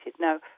Now